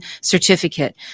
certificate